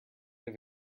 have